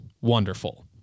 wonderful